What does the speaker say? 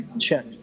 check